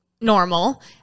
normal